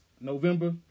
November